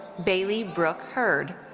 baylee brooke heard.